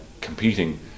competing